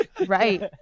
right